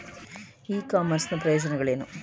E commerce ನ ಪ್ರಯೋಜನಗಳೇನು?